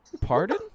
Pardon